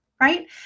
right